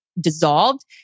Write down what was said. dissolved